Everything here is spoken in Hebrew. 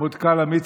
המטכ"ל המצרי,